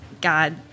God